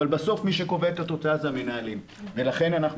אבל בסוף מי שקובע את התוצאה זה המנהלים ולכן אנחנו